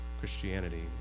Christianity